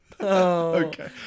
okay